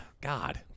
God